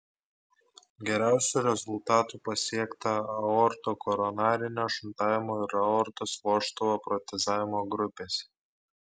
geriausių rezultatų pasiekta aortokoronarinio šuntavimo ir aortos vožtuvo protezavimo grupėse